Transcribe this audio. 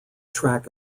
track